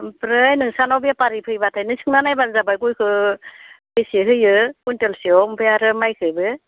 ओमफ्राय नोंसानाव बेफारि फैबाथाय नों सोंना नायबानो जाबाय गयखौ बेसे होयो कुन्टेलसेयाव ओमफ्राय आरो माइखौबो